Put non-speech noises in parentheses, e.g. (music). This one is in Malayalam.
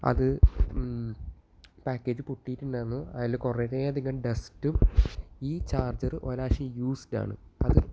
അത് പാക്കേജ് പൊട്ടിയിട്ടുണ്ടായിരുന്നു അതില് കുറെ അധികം ഡെസ്റ്റും ഈ ചാർജെറ് (unintelligible) യൂസ്ഡ് ആണ് അത്